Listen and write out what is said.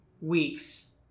weeks